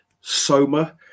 soma